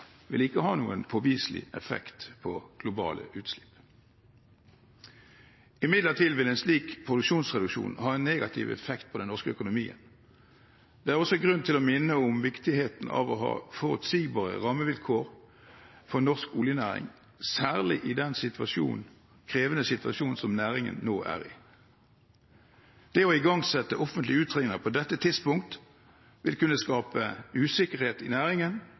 vil ikke ha noen påviselig effekt på globale utslipp. Imidlertid vil en slik produksjonsreduksjon ha en negativ effekt på den norske økonomien. Det er også grunn til å minne om viktigheten av å ha forutsigbare rammevilkår for norsk oljenæring, særlig i den krevende situasjonen som næringen nå er i. Det å igangsette offentlig utredning på dette tidspunkt vil kunne skape usikkerhet i næringen